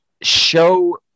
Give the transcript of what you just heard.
show